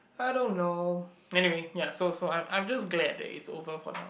I don't know anyway ya so so I am I am just glad that it is over for now